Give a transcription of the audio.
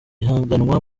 ihiganwa